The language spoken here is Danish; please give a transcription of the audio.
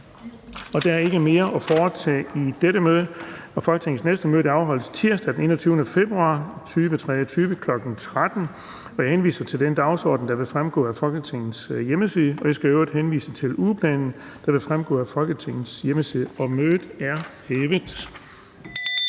Der er ikke mere at foretage i dette møde. Folketingets næste møde afholdes tirsdag den 21. februar 2023, kl. 13.00. Jeg henviser til den dagsorden, der vil fremgå af Folketingets hjemmeside, og jeg skal i øvrigt henvise til ugeplanen, der også vil fremgå af Folketingets hjemmeside. Mødet er hævet.